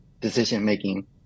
decision-making